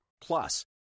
Plus